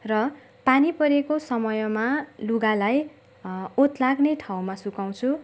र पानी परेको समयमा लुगालाई ओत लाग्ने ठाउँमा सुकाउँछु